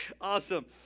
Awesome